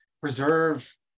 preserve